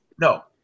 No